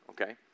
okay